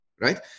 right